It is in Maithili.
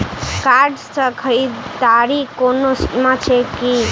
कार्ड सँ खरीददारीक कोनो सीमा छैक की?